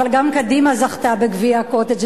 אבל גם קדימה זכתה בגביע ה"קוטג'".